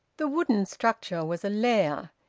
the wooden structure was a lair.